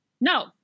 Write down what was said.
No